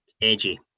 AG